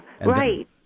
Right